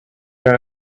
your